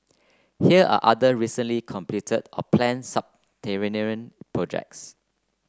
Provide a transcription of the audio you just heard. here are other recently completed or planned projects